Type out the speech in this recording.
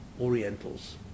Orientals